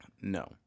No